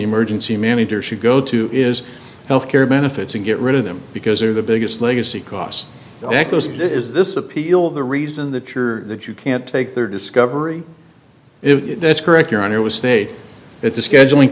emergency manager should go to is health care benefits and get rid of them because they're the biggest legacy cost that goes is this appeal the reason that you're that you can't take their discovery if that's correct your honor was stayed at the scheduling